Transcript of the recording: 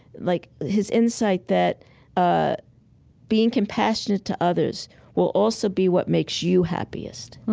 like his insight that ah being compassionate to others will also be what makes you happiest.